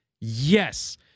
Yes